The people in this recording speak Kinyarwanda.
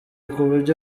kuburyo